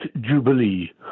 jubilee